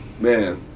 Man